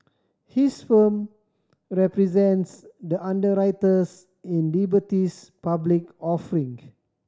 his firm represents the underwriters in Liberty's public offering